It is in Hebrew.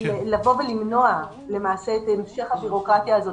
לבוא ולמנוע את המשך הבירוקרטיה הזאת.